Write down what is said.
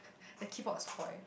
the keyboard spoiled